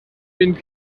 wind